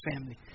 family